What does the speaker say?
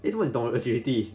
为什么你懂我的 ability